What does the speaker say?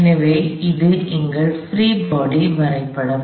எனவே இது எங்கள் பிரீ பாடி வரைபடம்